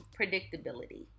predictability